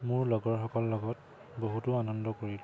মোৰ লগৰসকলৰ লগত বহুতো আনন্দ কৰিলোঁ